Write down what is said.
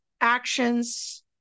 actions